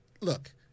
Look